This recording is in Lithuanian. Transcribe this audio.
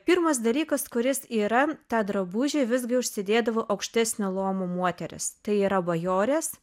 pirmas dalykas kuris yra tą drabužį visgi užsidėdavo aukštesnio luomo moterys tai yra bajorės